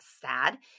SAD